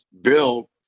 Bill